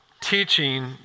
teaching